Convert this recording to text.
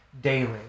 daily